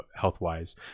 health-wise